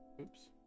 oops